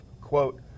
quote